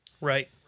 Right